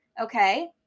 Okay